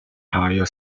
higher